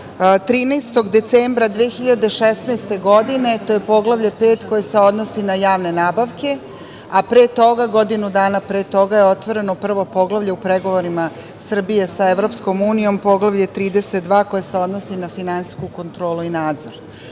13. decembra 2016. godine, to je Poglavlje 5, koje se odnosi na javne nabavke, a pre toga, godinu dana pre toga je otvoreno prvo poglavlje u pregovorima Srbije sa EU, Poglavlje 32, koje se odnosi na finansijsku kontrolu i nadzor.Zašto